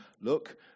look